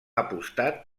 apostat